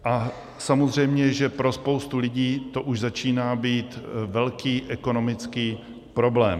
Je samozřejmé, že pro spoustu lidí to už začíná být velký ekonomický problém.